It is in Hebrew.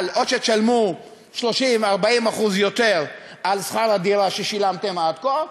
אבל או שתשלמו 30% 40% יותר משכר הדירה ששילמתם עד כה,